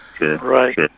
Right